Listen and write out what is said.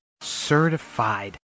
certified